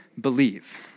believe